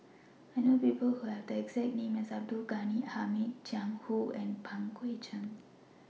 I know People Who Have The exact name as Abdul Ghani Hamid Jiang Hu and Pang Guek Cheng